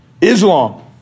Islam